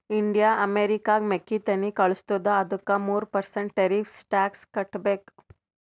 India ಅಮೆರಿಕಾಗ್ ಮೆಕ್ಕಿತೆನ್ನಿ ಕಳುಸತ್ತುದ ಅದ್ದುಕ ಮೂರ ಪರ್ಸೆಂಟ್ ಟೆರಿಫ್ಸ್ ಟ್ಯಾಕ್ಸ್ ಕಟ್ಟಬೇಕ್